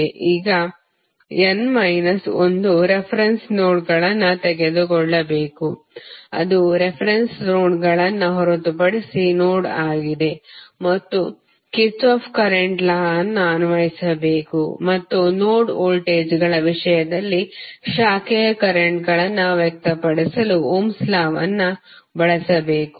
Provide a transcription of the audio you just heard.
ಈಗ n minus ಒಂದು reference ನೋಡ್ಗಳನ್ನು ತೆಗೆದುಕೊಳ್ಳಬೇಕು ಅದು ರೆಫರೆನ್ಸ್ ನೋಡ್ಗಳನ್ನು ಹೊರತುಪಡಿಸಿ ನೋಡ್ ಆಗಿದೆ ಮತ್ತು ಕಿರ್ಚಾಫ್ ಕರೆಂಟ್ ಲಾ ಅನ್ನು ಅನ್ವಯಿಸಬೇಕು ಮತ್ತು ನೋಡ್ ವೋಲ್ಟೇಜ್ಗಳ ವಿಷಯದಲ್ಲಿ ಶಾಖೆಯ ಕರೆಂಟ್ಗಳನ್ನು ವ್ಯಕ್ತಪಡಿಸಲು ಓಮ್ಸ್ ಲಾವನ್ನುOhms law ಬಳಸಬೇಕು